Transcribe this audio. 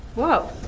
whoa,